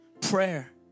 prayer